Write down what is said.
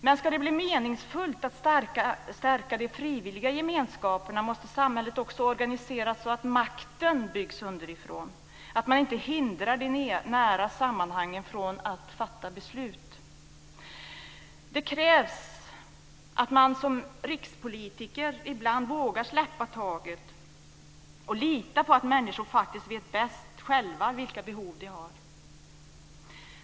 Men ska det bli meningsfullt att stärka de frivilliga gemenskaperna måste samhället också organiseras så att makten byggs underifrån, så att man inte hindrar de nära sammanhangen från att fatta beslut. Det krävs att man som rikspolitiker ibland vågar släppa taget och lita på att människor faktiskt vet bäst själva vilka behov de har.